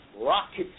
rocket